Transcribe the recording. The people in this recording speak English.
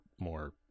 more